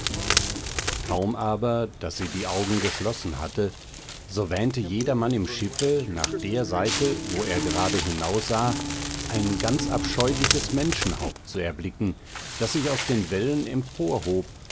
kaum aber daß sie die augen geschlossen hatte so wähnte jedermann im schiffe nach der seite wo er grade hinaussah ein ganz abscheuliches menschenhaupt zu erblicken das sich aus den wellen